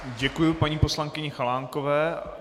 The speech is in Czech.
Děkuji paní poslankyni Chalánkové.